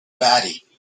batty